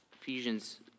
Ephesians